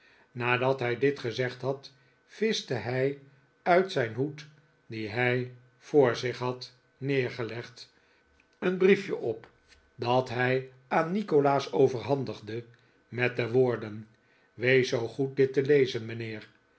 nadat hij dit gezegd had vischte hij uit zijn hoed dien hij voor zich had neergelegd een briefje op dat hij aan nikolaas overhandigde met de woorden wees zoo goed dit te lezen mijnheer